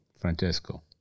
Francesco